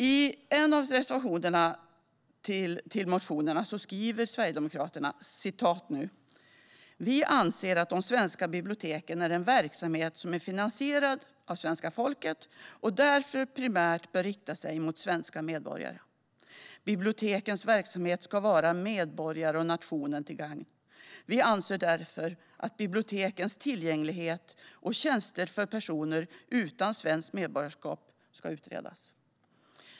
I sin reservation till en av motionerna skriver Sverigedemokraterna: "Vi anser att de svenska biblioteken är en verksamhet som är finansierad av svenska folket och därför primärt bör rikta sig mot svenska medborgare. Bibliotekens verksamhet ska vara medborgare och nationen till gagn . Vi anser därför att bibliotekens tillgänglighet och tjänster för personer utan svenskt medborgarskap ska utredas."